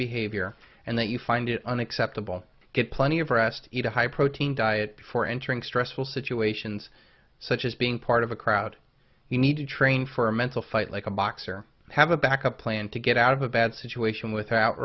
behavior and that you find it unacceptable get plenty of rest eat a high protein diet before entering stressful situations such as being part of a crowd you need to train for a mental fight like a boxer have a backup plan to get out of a bad situation without